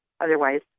Otherwise